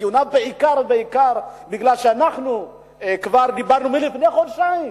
בעיקר מפני שאנחנו כבר דיברנו על כך לפני חודשיים.